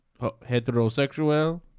Heterosexual